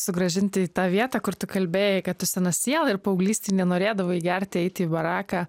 sugrąžinti į tą vietą kur tu kalbėjai kad tu sena siela ir paauglystėj nenorėdavai gerti eiti į baraką